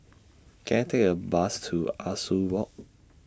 Can I Take A Bus to Ah Soo Walk